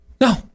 No